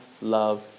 love